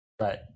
Right